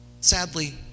Sadly